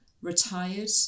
retired